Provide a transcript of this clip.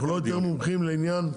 אנחנו יותר מומחים לעניין,